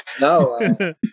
no